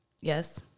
Yes